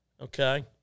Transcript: Okay